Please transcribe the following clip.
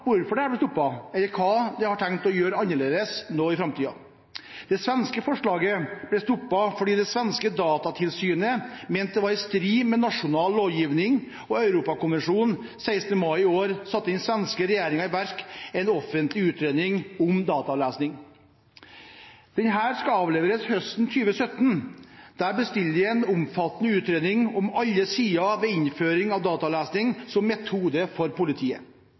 hvorfor dette ble stoppet, eller hva de har tenkt å gjøre annerledes i framtiden. Det svenske forslaget ble stoppet fordi det svenske datatilsynet mente det var i strid med nasjonal lovgivning og Europakonvensjonen. Den 16. mai i år satte den svenske regjeringen i verk en offentlig utredning om dataavlesning. Denne skal avleveres høsten 2017. Der bestiller de en omfattende utredning om alle sider ved innføring av dataavlesning som metode for politiet: